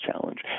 challenge